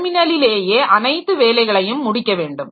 டெர்மினலிலேயே அனைத்து வேலைகளையும் முடிக்க வேண்டும்